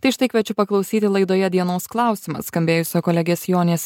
tai štai kviečiu paklausyti laidoje dienos klausimas skambėjusio kolegės jonės